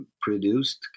produced